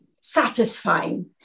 satisfying